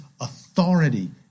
authority